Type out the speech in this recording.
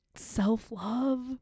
self-love